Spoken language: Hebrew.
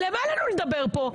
למה לנו לדבר פה?